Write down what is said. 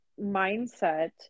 mindset